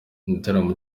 igitaramo